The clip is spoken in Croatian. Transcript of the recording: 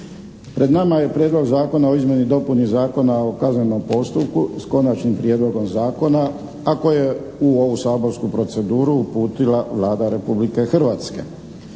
Pred nama je Prijedlog zakona o izmjeni i dopuni Zakona o kaznenom postupku s Konačnim prijedlogom zakona, a koji je u ovu saborsku proceduru uputila Vlada Republike Hrvatske.